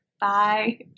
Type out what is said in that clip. Bye